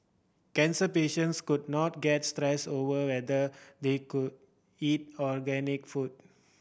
cancer patients could not get stressed over whether they could eat organic food